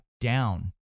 down